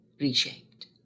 reshaped